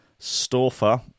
Storfer